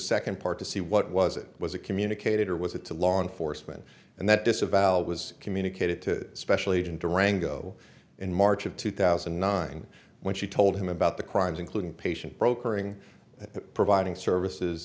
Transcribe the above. second part to see what was it was a communicated or was it to law enforcement and that disavowed was communicated to special agent durango in march of two thousand and nine when she told him about the crimes including patient brokering and providing services